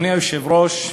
אדוני היושב-ראש,